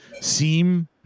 seem